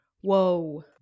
Whoa